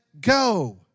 go